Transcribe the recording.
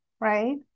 right